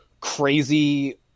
crazy